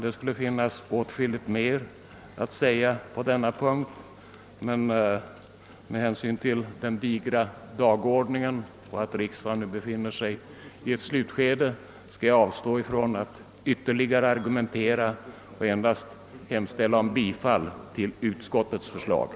Det finns åtskilligt mer som jag skulle kunna säga på denna punkt, men med hänsyn dels till den digra dagordningen, dels till att riksdagen nu befinner sig i ett slutskede skall jag avstå från att ytterligare ar gumentera och vill endast yrka bifall till utskottets hemställan.